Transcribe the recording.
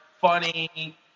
funny